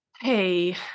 hey